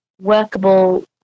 workable